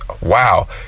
wow